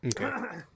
Okay